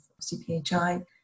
CPHI